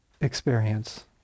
experience